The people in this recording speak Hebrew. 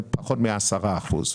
פחות מ-10 אחוזים,